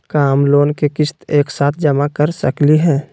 का हम लोन के किस्त एक साथ जमा कर सकली हे?